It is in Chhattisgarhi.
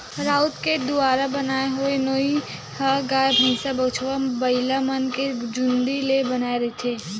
राउत के दुवारा बनाय होए नोई ह गाय, भइसा, बछवा, बइलामन के चूंदी ले बनाए रहिथे